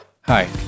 Hi